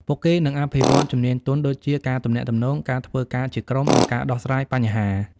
ពួកគេនឹងអភិវឌ្ឍជំនាញទន់ ដូចជា ការទំនាក់ទំនង ការធ្វើការជាក្រុម និងការដោះស្រាយបញ្ហា។